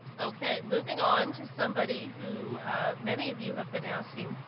okay, moving on to somebody who many of you have been asking,